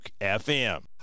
FM